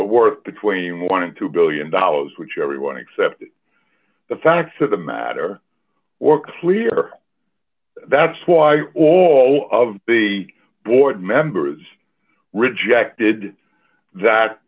war between one and two billion dollars which everyone except the facts of the matter or clear that's why all of the board members rejected that